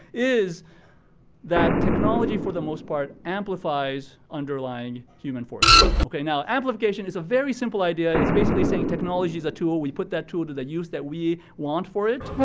is that technology for the most part, amplifies underlying human forces. okay, now, amplification is a very simple idea. it's basically saying, technologies are tool. we put that tool to use the use that we want for it.